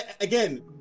again